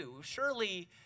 Surely